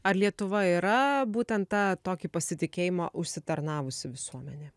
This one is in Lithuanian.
ar lietuva yra būtent tą tokį pasitikėjimą užsitarnavusi visuomenė